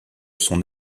son